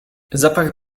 zapach